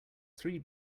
three